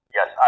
Yes